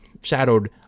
shadowed